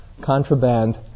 contraband